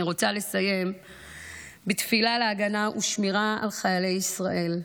אני רוצה לסיים בתפילה להגנה ושמירה על חיילי ישראל: